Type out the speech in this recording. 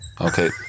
Okay